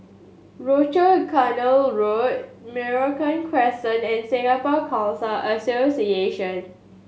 Rochor Canal Road Merino Crescent and Singapore Khalsa Association